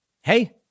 Hey